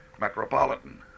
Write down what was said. Metropolitan